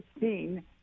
seen